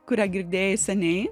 kurią girdėjai seniai